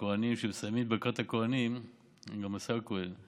כשהכוהנים מסיימים את ברכת הכוהנים, גם השר כהן,